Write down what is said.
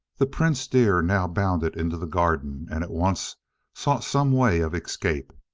the prince-deer now bounded into the garden and at once sought some way of escape.